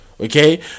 okay